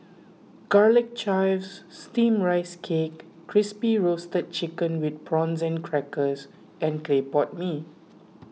Garlic Chives Steamed Rice Cake Crispy Roasted Chicken with Prawn Crackers and Clay Pot Mee